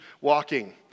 walking